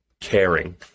caring